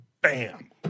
bam